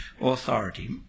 authority